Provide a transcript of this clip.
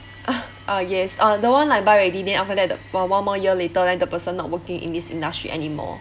ah yes ah the one I buy already then after that the o~ one more year later then the person not working in this industry anymore